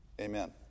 Amen